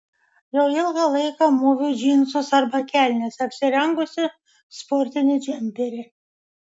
jau ilgą laiką mūviu džinsus arba kelnes apsirengusi sportinį džemperį